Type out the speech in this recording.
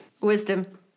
Wisdom